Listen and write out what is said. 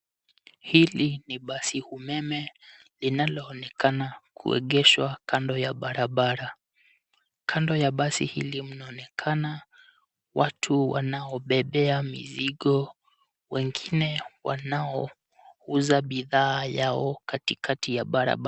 Hili ni basiumeme linaloonekana kuegeshwa kando ya barabara. kando ya basi hili mnaonekana watu wanaobebea mizigo, wengine wanouza bidhaa zao katikati ya barabara.